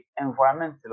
environmental